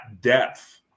depth